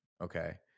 okay